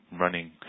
running